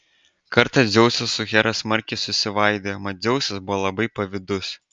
kartą dzeusas su hera smarkiai susivaidijo mat dzeusas buvo labai pavydus